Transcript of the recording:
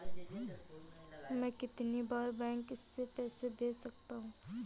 मैं कितनी बार बैंक से पैसे भेज सकता हूँ?